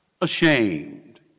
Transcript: ashamed